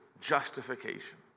justification